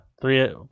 Three